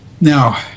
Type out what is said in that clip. Now